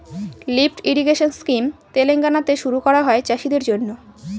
lift irrigation scheme তেলেঙ্গানাতে শুরু করা হয় চাষীদের জন্য